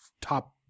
top